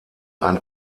ein